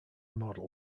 model